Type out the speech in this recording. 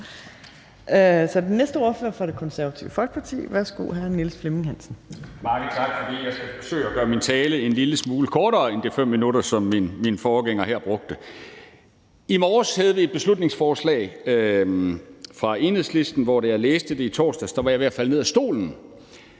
I morges havde vi et beslutningsforslag fra Enhedslisten, hvor jeg, da jeg læste det i torsdags,